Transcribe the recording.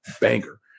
banger